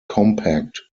compact